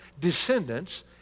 descendants